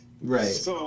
Right